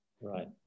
right